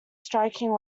striking